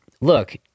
look